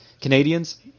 Canadians